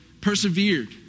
persevered